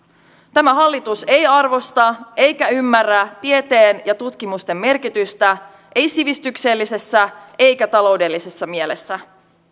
tämä hallitus ei arvosta eikä ymmärrä tieteen ja tutkimusten merkitystä ei sivistyksellisessä eikä taloudellisessa mielessä